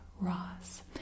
Ross